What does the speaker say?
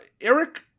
Eric